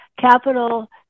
capital